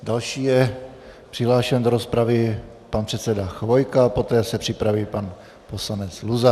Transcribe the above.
Další je přihlášen do rozpravy pan předseda Chvojka, poté se připraví pan poslanec Luzar.